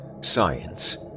science